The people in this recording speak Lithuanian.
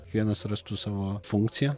kiekvienas rastų savo funkciją